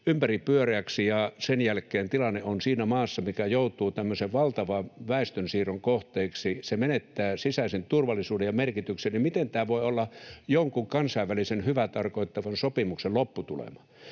ympäripyöreäksi ja sen jälkeen se maa, mikä joutuu tämmöisen valtavan väestönsiirron kohteeksi, menettää sisäisen turvallisuuden ja sopimus merkityksen. Miten tämä voi olla jonkun kansainvälisen hyvää tarkoittavan sopimuksen lopputulema?